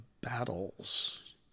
battles